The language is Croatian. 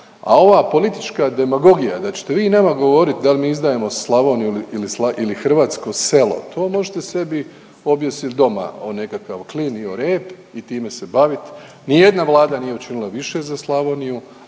A ova politička demagogija da ćete vi nama govorit dal mi izdajemo Slavoniju ili, ili hrvatsko selo, to možete sebi objesit doma o nekakav klin i o rep i time se bavit. Nijedna Vlada nije učinila više za Slavoniju,